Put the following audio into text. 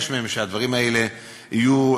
שאלה גילאים,